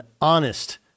honest